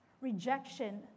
rejection